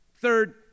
Third